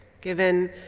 given